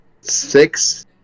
six